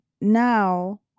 now